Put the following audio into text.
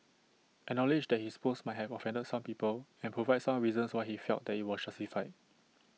acknowledge that his post might have offended some people and provide some reasons why he felt that IT was justified